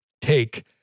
take